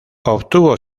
obtuvo